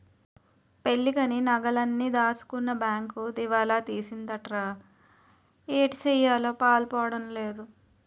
పెళ్ళికని నగలన్నీ దాచుకున్న బేంకు దివాలా తీసిందటరా ఏటిసెయ్యాలో పాలుపోడం లేదు